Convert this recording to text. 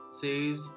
says